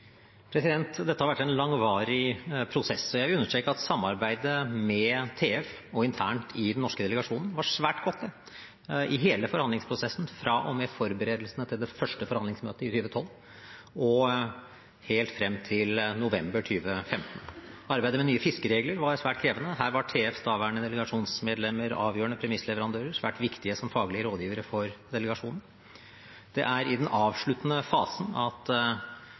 Dette har vært en langvarig prosess, og jeg vil understreke at samarbeidet med TF, Tanavassdragets fiskeforvaltning, og internt i den norske delegasjonen var svært godt i hele forhandlingsprosessen, fra og med forberedelsene til det første forhandlingsmøtet i 2012 og helt frem til november 2015. Arbeidet med nye fiskeregler var svært krevende. Her var TFs daværende delegasjonsmedlemmer avgjørende premissleverandører og svært viktige som faglige rådgivere for delegasjonen. Det er i den avsluttende fasen at